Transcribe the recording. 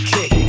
Kick